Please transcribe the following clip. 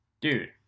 dude